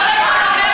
למה יש כנסת?